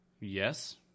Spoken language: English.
Yes